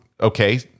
Okay